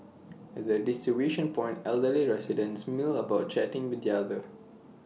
at the distribution point elderly residents mill about chatting with the other